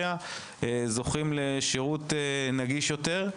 בפריפריה זוכים לשירות נגיש יותר.